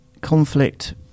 conflict